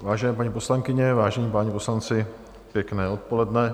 Vážené paní poslankyně, vážení páni poslanci, pěkné odpoledne.